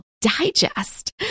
Digest